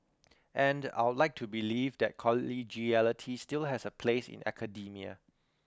and I'd like to believe that collegiality still has a place in academia